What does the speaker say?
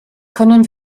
können